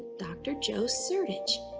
dr. joe sertich.